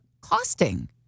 costing